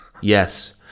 yes